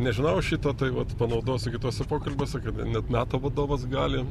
nežinojau šito tai vat panaudosiu kituose pokalbiuose kada net nato vadovas gali